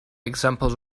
examples